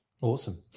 Awesome